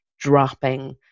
dropping